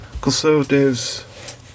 conservatives